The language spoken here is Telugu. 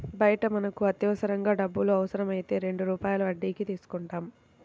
బయట మనకు అత్యవసరంగా డబ్బులు అవసరమైతే రెండు రూపాయల వడ్డీకి తీసుకుంటాం